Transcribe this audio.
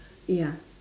ya